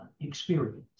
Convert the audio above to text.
experience